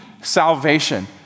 salvation